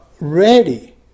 ready